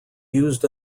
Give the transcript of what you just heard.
used